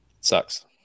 sucks